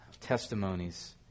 testimonies